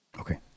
okay